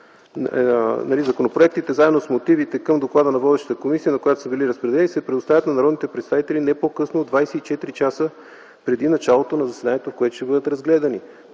Законопроектите, заедно с мотивите към доклада на водещата комисия, на която са били разпределени, се предоставят на народните представители не по-късно от 24 часа преди началото на заседанието, в което ще бъдат разгледани.”